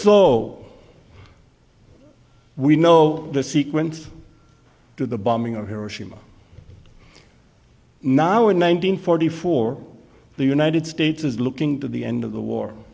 so we know the sequence to the bombing of hiroshima now in nineteen forty four the united states is looking to the end of the war